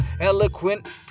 eloquent